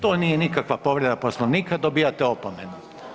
To nije nikakva povreda Poslovnika, dobijate opomenu.